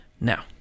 now